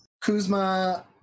Kuzma